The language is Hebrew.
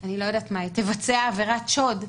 היא תבצע עבירת שוד,